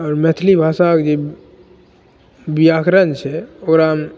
अगर मैथिली भाषाके जे व्याकरण छै ओकरामे